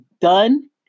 done